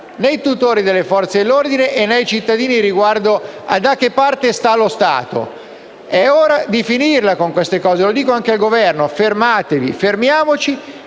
nei tutori delle Forze dell'ordine e nei cittadini circa da che parte sta lo Stato. È ora di finirla con queste cose. E mi rivolgo anche al Governo. Fermatevi, fermiamoci,